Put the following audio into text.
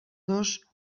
dos